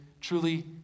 truly